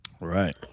Right